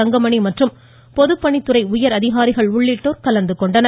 தங்கமணி மற்றும் பொதுப்பணித்துறை உயரதிகாரிகள் உள்ளிட்டோர் கலந்து கொண்டனர்